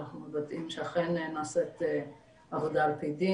אנחנו מוודאים שאכן נעשית עבודה על פי דין.